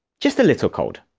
just a little cold.